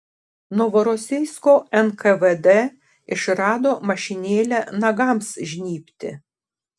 novorosijsko nkvd išrado mašinėlę nagams žnybti